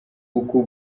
uku